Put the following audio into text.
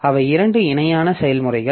அவை இரண்டு இணையான செயல்முறைகள்